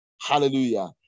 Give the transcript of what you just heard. Hallelujah